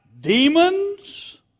demons